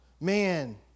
man